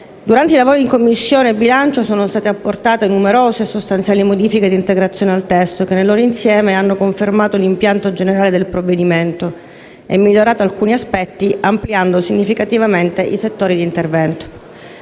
Durante i lavori in Commissione bilancio sono state apportate numerose e sostanziali modifiche di integrazione al testo, che nel loro insieme hanno confermato l'impianto generale del provvedimento e migliorato alcuni aspetti, ampliando significativamente i settori di intervento.